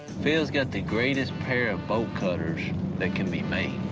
phil's got the greatest pair of bolt cutters that can be made.